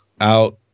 out